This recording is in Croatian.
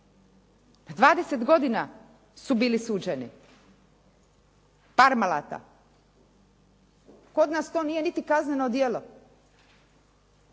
20 godina su bili suđeni, Parmelata kod nas to nije niti kazneno djelo.